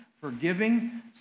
forgiving